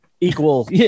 Equal